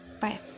bye